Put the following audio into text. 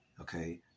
Okay